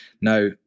Now